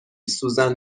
سوزن